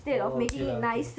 oh okay lah okay